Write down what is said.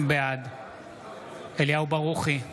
בעד אליהו ברוכי,